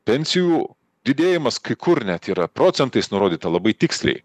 pensijų didėjimas kai kur net yra procentais nurodyta labai tiksliai